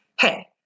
hey